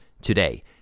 Today